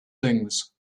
things